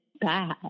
bad